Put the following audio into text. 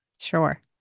Sure